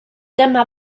dyma